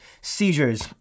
seizures